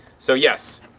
so yes,